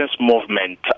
movement